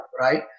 right